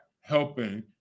helping –